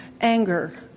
anger